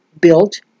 built